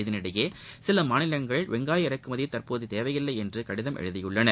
இதனிடையே சில மாநிலங்கள் வெங்காய இறக்குமதி தற்போது தேவையில்லை என்று கடிதம் எழுதியுள்ளன